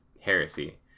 heresy